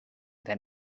than